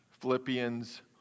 Philippians